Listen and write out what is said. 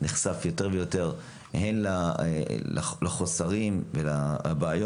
נחשף יותר ויותר לחוסרים ולבעיות,